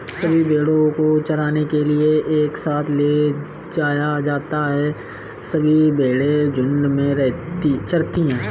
सभी भेड़ों को चराने के लिए एक साथ ले जाया जाता है सभी भेड़ें झुंड में चरती है